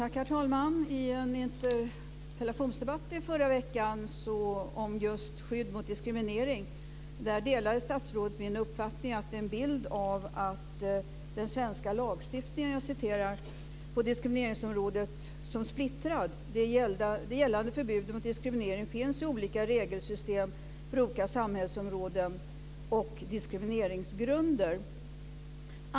Herr talman! I en interpellationsdebatt i förra veckan om just skydd mot diskriminering delade statsrådet min uppfattning att bilden av den svenska lagstiftningen på diskrimineringsområdet är splittrad. Det gällande förbudet mot diskriminering finns i olika regelsystem för olika samhällsområden och diskrimineringsgrunder, sade statsrådet.